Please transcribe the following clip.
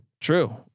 True